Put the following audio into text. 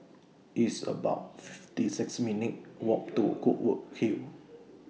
It's about fifty six minutes' Walk to Goodwood Hill